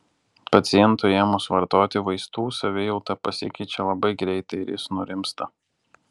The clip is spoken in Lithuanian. pacientui ėmus vartoti vaistų savijauta pasikeičia labai greitai ir jis nurimsta